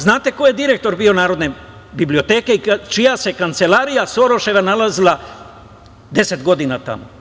Znate ko je bio direktor Narodne biblioteke i čija se kancelarija Soroševa nalazila deset godina tamo?